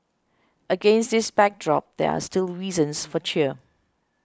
against this backdrop there are still reasons for cheer